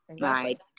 Right